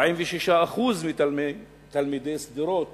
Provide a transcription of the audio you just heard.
46% מתלמידי שדרות